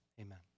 Amen